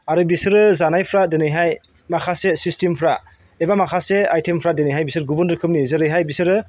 आरो बिसोरो जानायफ्राय दिनैहाय माखासे सिसटेमफ्रा एबा माखासे आइटेमफ्रा दिनैहाय बिसोर गुबुन रोखोमनि जेरैहाय बिसोरो